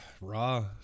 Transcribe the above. raw